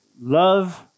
love